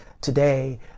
today